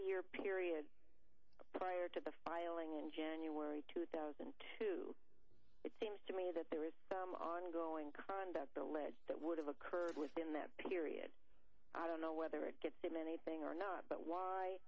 year period prior to the filing in january two thousand and two it seems to me that there is ongoing conduct alleged that would have occurred within that period i don't know whether it gets him anything or not but why